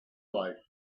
life